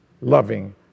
loving